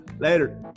Later